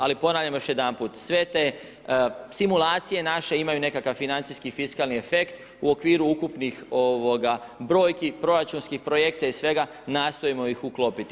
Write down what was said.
Ali ponavljam još jedanput, sve te simulacije naše imaju nekakav financijski fiskalni efekt u okviru ukupnih brojki, proračunskih projekcija i svega nastojimo ih uklopiti.